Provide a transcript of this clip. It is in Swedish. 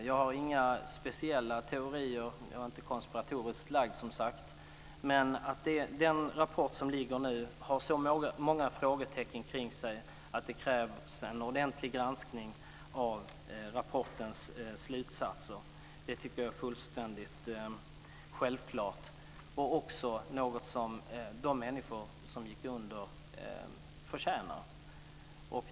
Jag har inga speciella teorier, jag är inte konspiratoriskt lagd, men den rapport som ligger har så många frågetecken kring sig att det krävs en ordentlig granskning av rapportens slutsatser. Det tycker jag är fullständigt självklart och också något de människor som gick under förtjänar.